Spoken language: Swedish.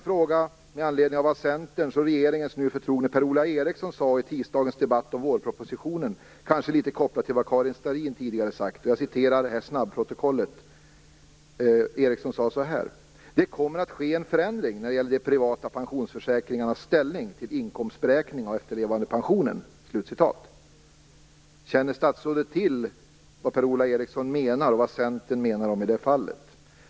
Centerns och regeringens nu förtrogna Per-Ola Eriksson sade i tisdagens debatt om vårpropositionen, kanske litet kopplat till det Karin Starrin tidigare sagt. Jag citerar från snabbprotokollet. Eriksson sade följande: "Det kommer att ske en förändring när det gäller de privata pensionsförsäkringarnas ställning vid inkomstberäkning av efterlevandepension." Känner statsrådet till vad Per-Ola Eriksson och Centern menar i detta fall?